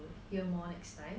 hear more next time